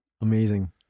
amazing